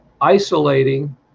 isolating